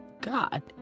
God